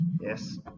Yes